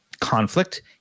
conflict